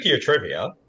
trivia